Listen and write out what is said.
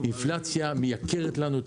אינפלציה מייקרת לנו.